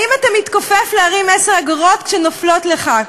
האם אתה מתכופף להרים 10 אגורות כשנופלות לך?